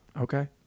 Okay